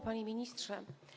Panie Ministrze!